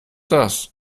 das